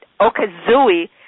Okazui